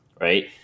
right